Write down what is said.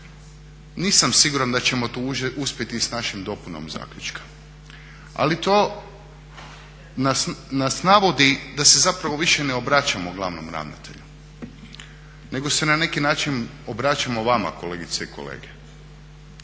Nisam siguran da ćemo to uspjeti i s našom dopunom zaključka. Ali to nas navodi da se zapravo više ne obraćamo glavnom ravnatelju nego se na neki način obraćamo vama kolegice i kolege